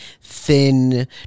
thin